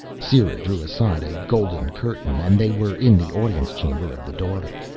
sera drew aside a golden curtain and they were in the audience chamber of the daughter.